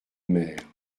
maire